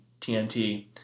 TNT